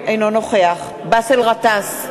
אינו נוכח באסל גטאס,